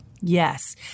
Yes